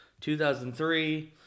2003